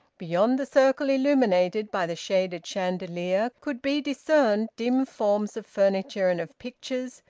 beyond the circle illuminated by the shaded chandelier could be discerned dim forms of furniture and of pictures,